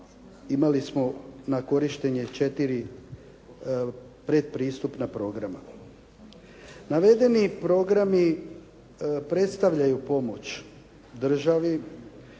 imali smo na korištenje četiri predpristupna programa. Navedeni programi predstavljaju pomoć državi